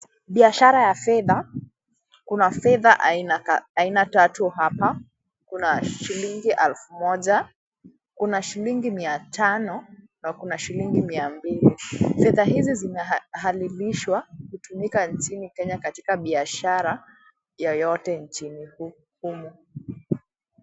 Biashara ya fedha, kuna fedha aina tatu hapa. Kuna shilingi elfu moja, kuna shilingi mia tano na kuna shilingi mia mbili. Fedha hizi zinahalilishwa kutumika nchini Kenya katika biashara yoyote nchini humo.